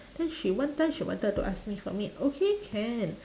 then she one time she wanted to ask me for meet okay can